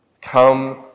Come